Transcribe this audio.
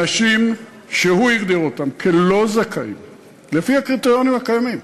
אנשים שהוא הגדיר אותם כלא-זכאים לפי הקריטריונים הקיימים,